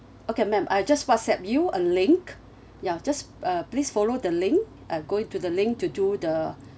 okay ma'am I just whatsapp you a link ya just uh please follow the link uh go in to the link to do the